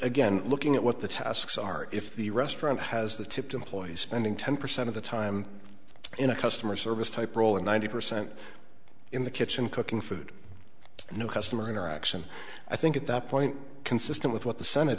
again looking at what the tasks are if the restaurant has the tipped employees spending ten percent of the time in a customer service type role and ninety percent in the kitchen cooking for that new customer interaction i think at that point consistent with what the senate